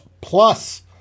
plus